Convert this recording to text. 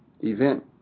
event